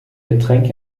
getränk